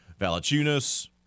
Valachunas